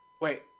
wait